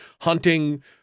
hunting